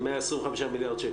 70, 75 מיליארד שקל